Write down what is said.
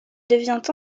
devient